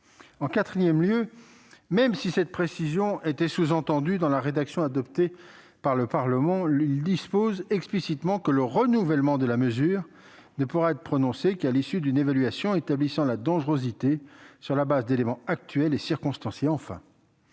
En quatrième lieu, même si cette précision était sous-entendue dans la rédaction adoptée par le législateur, le texte dispose explicitement que le renouvellement de la mesure ne pourra être prononcé qu'à l'issue d'une évaluation établissant la dangerosité, sur la base d'éléments actuels et circonstanciés.